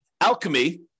Alchemy